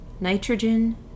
nitrogen